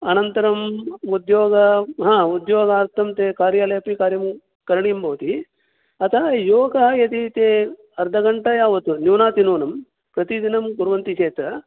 अनन्तरम् उद्योग हा उद्योगार्थं ते कार्यालयेऽपि कार्यं करणीयं भवति अतः योगा यदि चेत् अर्धघण्टा यावत् भवतु न्यूनातिन्यूनं प्रतिदिनं कुर्वन्ति चेत्